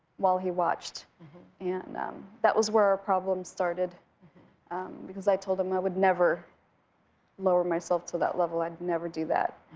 while he watched and that was where our problems started because i told him i would never lower myself to that level. i'd never do that.